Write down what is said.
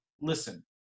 Listen